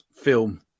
film